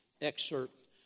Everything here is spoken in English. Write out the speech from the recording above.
excerpt